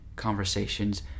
Conversations